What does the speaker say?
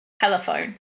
telephone